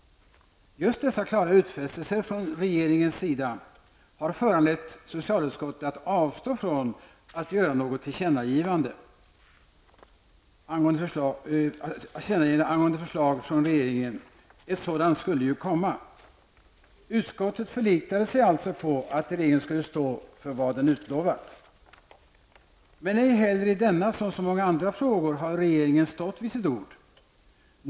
Just dessa klara utfästelser från regeringens sida har föranlett socialutskottet att avstå från att göra något tillkännagivande angående förslag från regeringen -- ett sådant skulle ju komma. Utskottet förlitade sig alltså på att regeringen skulle stå för vad den utlovat. Men ej heller i denna som så många andra frågor har regeringen stått vid sitt ord.